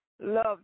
Love